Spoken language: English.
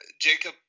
Jacob